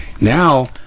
Now